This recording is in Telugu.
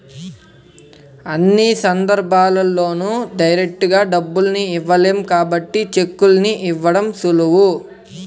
అన్ని సందర్భాల్లోనూ డైరెక్టుగా డబ్బుల్ని ఇవ్వలేం కాబట్టి చెక్కుల్ని ఇవ్వడం సులువు